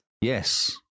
Yes